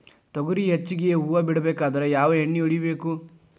ತೊಗರಿ ಹೆಚ್ಚಿಗಿ ಹೂವ ಬಿಡಬೇಕಾದ್ರ ಯಾವ ಎಣ್ಣಿ ಹೊಡಿಬೇಕು?